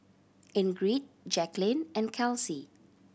Ingrid Jacqueline and Kelsea